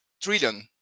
trillion